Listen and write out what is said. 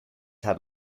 had